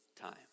time